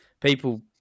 people